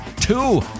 Two